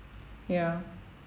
ya